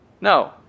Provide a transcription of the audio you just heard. No